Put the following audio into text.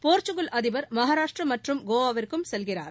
Portugal அதிபர் மகாராஷ்டிரா மற்றும் கோவாவிற்கும் செல்கிறார்